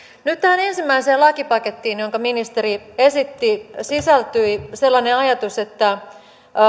nyt tähän ensimmäiseen lakipakettiin jonka ministeri esitteli sisältyi sellainen ajatus että